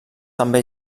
també